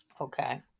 Okay